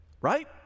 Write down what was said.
right